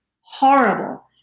horrible